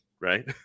right